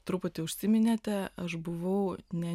truputį užsiminėte aš buvau ne